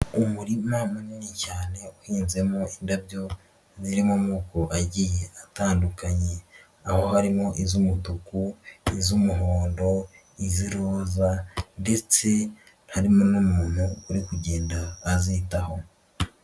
Umurima munini cyane uhinzemo indabyo ziri mu moko agiye atandukanye, aho harimo iz'umutuku, iz'umuhondo, iz'iroza ndetse harimo n'umuntu uri kugenda azitaho.